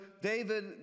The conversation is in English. David